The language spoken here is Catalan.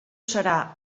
serà